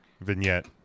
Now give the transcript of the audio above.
vignette